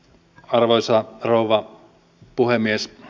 arvoisa rouva puhemies